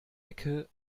ecke